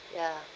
ya